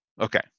Okay